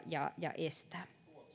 ja ja estää